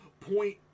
point